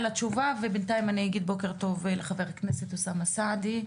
בינתיים אגיד בוקר טוב לחבר הכנסת אוסאמה סעדי.